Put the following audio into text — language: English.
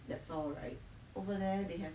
that's all right over there they have